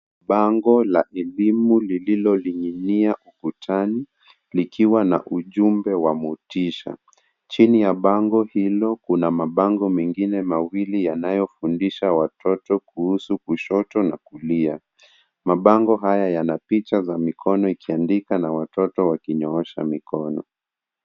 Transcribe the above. Bango la elimu lililoning'inia ukutani likiwa na ujumbe wa motisha. Chini ya bango hilo kuna mabango mengine mawili yanayofundisha watoto kuhusu kushoto na kulia . Mabango haya yana picha za mikono ikiandika na watoto wakinyoosha mikono.